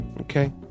Okay